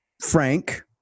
Frank